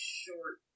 short